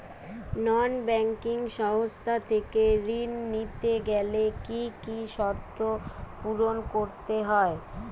নন banking সংস্থা থেকে ঋণ নিতে গেলে কি কি শর্ত পূরণ করতে হয়?